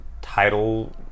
title